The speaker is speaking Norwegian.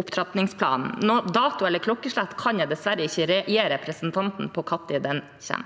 opptrappingsplanen. Noen dato eller noe klokkeslett for når den kommer, kan jeg dessverre ikke gi representanten. Torgeir